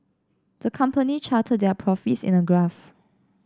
the company charted their profits in a graph